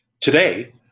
Today